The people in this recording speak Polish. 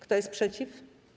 Kto jest przeciw?